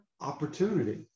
opportunity